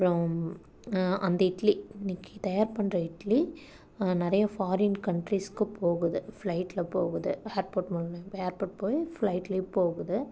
அப்புறம் அந்த இட்லி இன்றைக்கி தயார் பண்ணுற இட்லி நிறைய ஃபாரின் கண்ட்ரீஸுக்கு போகுது ஃப்ளைட்ல போகுது ஏர்போர்ட்ல மூலயம் ஏர்போர்ட் போய் ஃப்ளைட்லேயே போகுது